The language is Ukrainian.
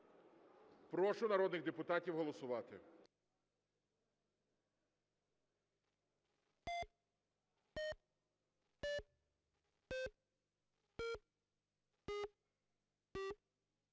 Прошу народних депутатів голосувати.